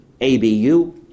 ABU